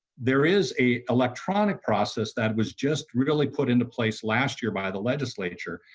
there is a electronic process that was just really put into place last year by the legislature.